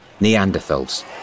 Neanderthals